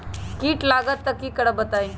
कीट लगत त क करब बताई?